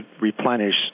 replenish